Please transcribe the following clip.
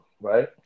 right